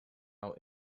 out